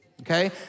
okay